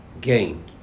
gain